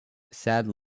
sad